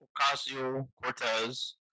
Ocasio-Cortez